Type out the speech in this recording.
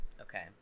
okay